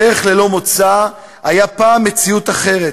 דרך ללא מוצא, היה פעם מציאות אחרת.